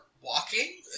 walking